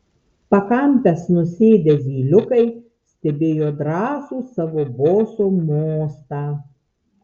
pakampes nusėdę zyliukai stebėjo drąsų savo boso mostą